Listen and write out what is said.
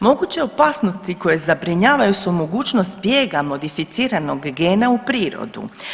Moguće opasnosti koje zabrinjavaju su mogućnost bijega modificiranog gene u prirodu.